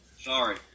Sorry